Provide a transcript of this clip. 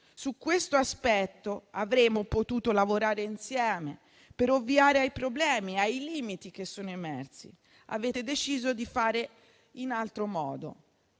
Su questo aspetto avremmo potuto lavorare insieme per ovviare ai problemi e ai limiti che sono emersi, ma avete deciso di fare in altro modo.